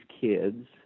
kids